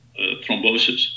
thrombosis